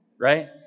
right